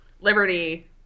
Liberty